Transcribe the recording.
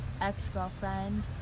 ex-girlfriend